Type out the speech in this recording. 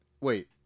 Wait